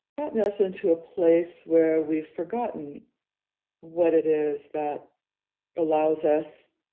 gotten us into a place where we've forgotten what it is that allows us